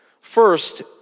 first